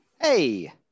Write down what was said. Hey